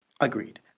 Agreed